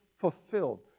fulfilled